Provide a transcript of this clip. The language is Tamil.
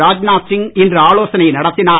ராஜ்நாத் சிங் இன்று ஆலோசனை நடத்தினார்